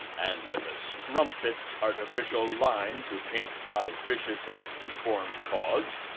and with a strumpet's artificial line to paint thy vicious and deformed cause,